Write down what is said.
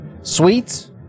sweets